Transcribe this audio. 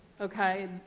okay